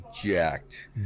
jacked